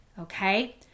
okay